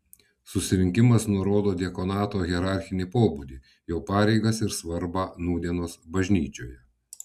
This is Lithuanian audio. susirinkimas nurodo diakonato hierarchinį pobūdį jo pareigas ir svarbą nūdienos bažnyčioje